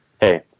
hey